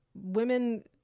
women